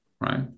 Right